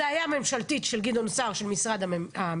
זו הייתה הצעה ממשלתית של גדעון סער במשרד המשפטים.